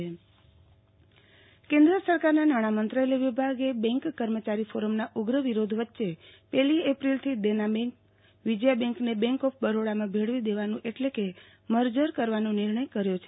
આરતીબેન ભદ્દ bank merge કેન્દ્ર સરકારના નાણામંત્રાલયના વિભાગે બેન્ક કર્મચારી ફોરમના ઉગ્ર વિરોધ વચ્ચે પેલી એપ્રિલ થી દેના બેંક વિજયા બેંકને બેંક ઓફ બરોડામાં ભેળવી દેવાનું એટલે કે મર્જર કરવાનો નિર્ણય કર્યો છે